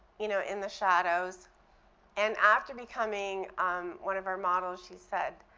you know, in the shadows and after becoming one of our models, she said,